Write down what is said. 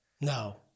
No